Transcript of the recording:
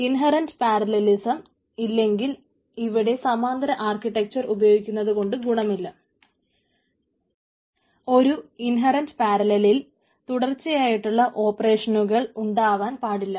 inherent parallelism ഇല്ലെങ്കിൽ ഇവിടെ സമാന്തര ആർകിടെകച്ചറർ ഉപയോഗിക്കുന്നതു കൊണ്ട് ഗുണമില്ല ഒരു ഇൻഹെരന്റ് പാരലലിൽ തുടർച്ചയായിട്ടുള്ള ഓപ്പറേഷനുകൾ ഉണ്ടാക്കുവാൻ പാടില്ല